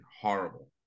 horrible